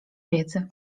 wiedzy